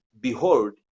Behold